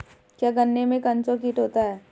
क्या गन्नों में कंसुआ कीट होता है?